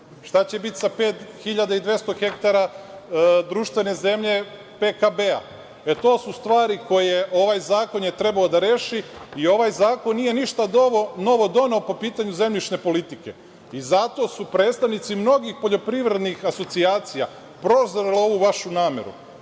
sa pet hiljada i 200 hektara društvene zemlje PKB? To su stvari koje je ovaj zakon trebalo da reši. Ovaj zakon nije ništa novo doneo po pitanju zemljišne politike. Zato su predstavnici mnogih poljoprivrednih asocijacija prozreli ovu vašu nameru.